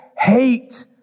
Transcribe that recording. hate